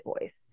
voice